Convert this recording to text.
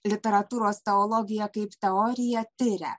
literatūros teologija kaip teorija tiria